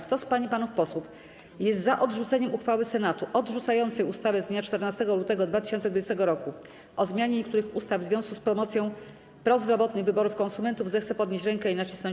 Kto z pań i panów posłów jest za odrzuceniem uchwały Senatu odrzucającej ustawę z dnia 14 lutego 2020 r. o zmianie niektórych ustaw w związku z promocją prozdrowotnych wyborów konsumentów, zechce podnieść rękę i nacisnąć